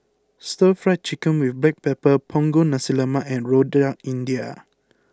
Stir Fried Chicken with Black Pepper Punggol Nasi Lemak and Rojak India